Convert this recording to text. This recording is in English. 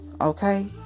Okay